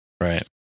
right